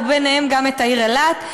וגם את העיר אילת,